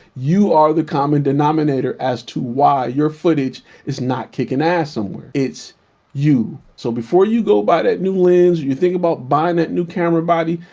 you are the common denominator as to why your footage is not kicking ass somewhere. it's you. so before you go buy that new lens, when you think about buying that new camera body,